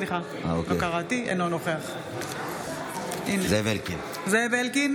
אינו נוכח זאב אלקין,